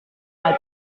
mal